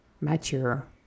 mature